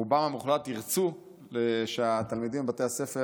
רובם המוחלט ירצו שהתלמידים בבתי הספר